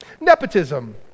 Nepotism